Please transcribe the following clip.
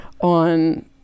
On